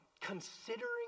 Considering